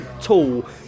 tall